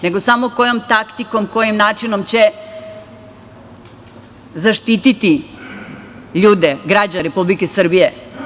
Nego samo kojom taktikom i kojim načinom će zaštititi ljude, građane Republike Srbije.